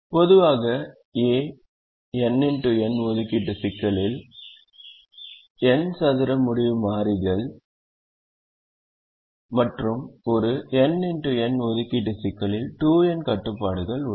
பொதுவாக n x n ஒதுக்கீட்டு சிக்கலில் n சதுர முடிவு மாறிகள் மற்றும் ஒரு n x n ஒதுக்கீட்டு சிக்கலில் 2n கட்டுப்பாடுகள் உள்ளன